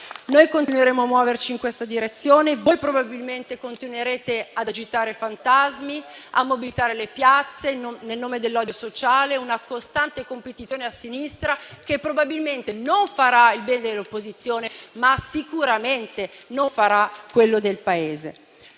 Noi continueremo a muoverci in questa direzione. Voi probabilmente continuerete ad agitare fantasmi, a mobilitare le piazze nel nome dell'odio sociale: una costante competizione a sinistra che probabilmente non farà il bene dell'opposizione, ma sicuramente non farà quello del Paese.